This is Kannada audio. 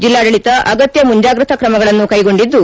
ಜಿಲ್ಲಾಡಳಿತ ಅಗತ್ಯ ಮುಂಜಾಗ್ರತಾ ಕ್ರಮಗಳನ್ನು ಕೈಗೊಂಡಿದ್ದು